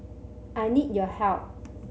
I need your help